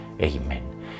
Amen